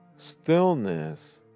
Stillness